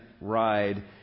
ride